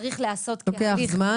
צריך להיעשות --- זה לוקח זמן.